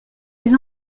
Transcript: les